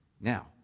Now